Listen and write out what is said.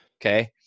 Okay